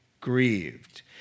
grieved